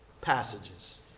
passages